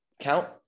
count